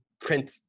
print